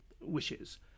wishes